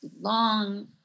long